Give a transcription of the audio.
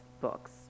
books